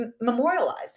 memorialized